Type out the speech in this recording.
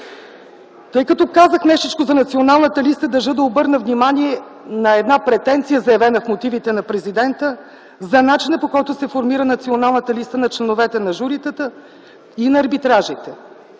Тъй като казах нещичко за Националната листа, държа да обърна внимание на една претенция, заявена в Мотивите на президента за начина, по който се формира Националната листа на членовете на журитата и на арбитражите.